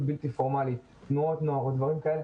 בלתי פורמלית תנועות נוער או דברים כאלה